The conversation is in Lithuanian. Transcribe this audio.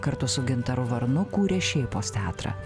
kartu su gintaru varnu kūrė šėpos teatrą